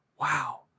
wow